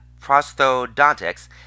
prosthodontics